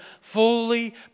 fully